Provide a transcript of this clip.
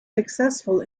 successful